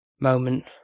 moment